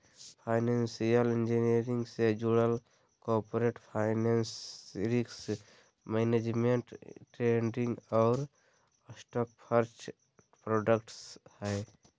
financial engineering से जुडल corporate finance, risk management, trading और स्ट्रक्चर्ड प्रॉडक्ट्स हय